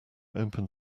open